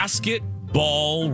Basketball